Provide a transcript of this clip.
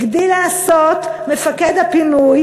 הגדיל לעשות מפקד הפינוי,